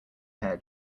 hair